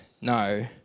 no